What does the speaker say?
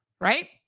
right